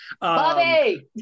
Bobby